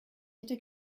hätte